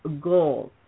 goals